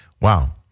Wow